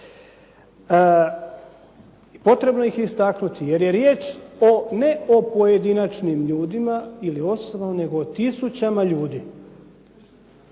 potrebno ih je istaknuti jer je riječ ne o pojedinačnim ljudima ili osobama, nego o tisućama ljudi.